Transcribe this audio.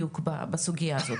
מה קורה בדיוק בסוגיה הזאת?